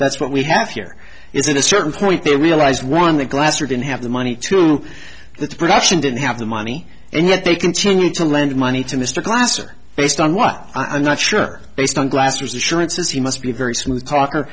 that's what we have here is it a certain point they realize one that glasser didn't have the money to the production didn't have the money and yet they continue to lend money to mr glasser based on what i'm not sure based on blasters assurances he must be very smooth talker